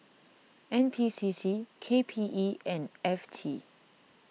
N P C C K P E and F T